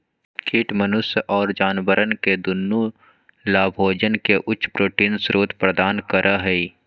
कीट मनुष्य और जानवरवन के दुन्नो लाभोजन के उच्च प्रोटीन स्रोत प्रदान करा हई